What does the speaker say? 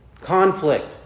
conflict